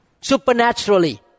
supernaturally